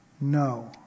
no